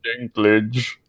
Dinklage